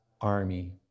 army